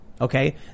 okay